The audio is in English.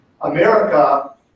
America